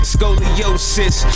Scoliosis